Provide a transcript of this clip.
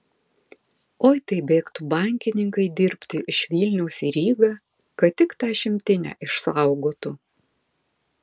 oi tai bėgtų bankininkai dirbti iš vilniaus į rygą kad tik tą šimtinę išsaugotų